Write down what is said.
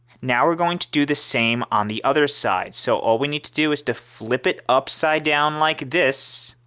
now, we're going to do the same on the other side so all we need to do is to flip it upside down like this